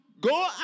go